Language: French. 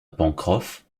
pencroff